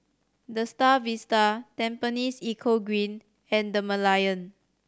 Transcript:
The Star Vista Tampines Eco Green and The Merlion